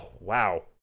Wow